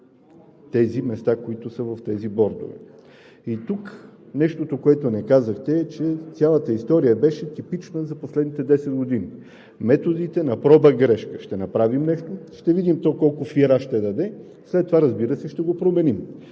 тези места, които са в бордовете. И тук нещото, което не казахте, е, че цялата история беше типична за последните 10 години. По методите на проба грешка – ще направим нещо, ще видим то колко фира ще даде – след това, разбира се, ще го променим.